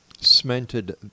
cemented